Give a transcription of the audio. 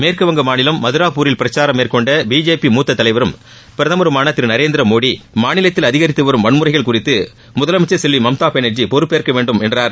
மேற்கு வங்க மாநிலம் மதுராபூரில் பிரச்சாரம் மேற்கொண்ட பிஜேபி மூத்த தலைவரும் பிரதமருமான திரு நரேந்திர மோடி மாநிலத்தில் அதிகரித்து வரும் வன்முறைகள் குறித்து முதலமைச்சர் செல்வி மம்தா பானர்ஜி பொறுப்பேற்க வேண்டும் என்றார்